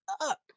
up